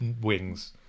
wings